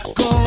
go